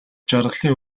жаргалын